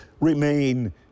remain